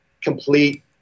complete